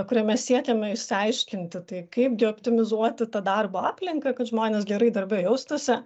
kuriame siekiame išsiaiškinti tai kaip gi optimizuoti tą darbo aplinką kad žmonės gerai darbe jaustųsi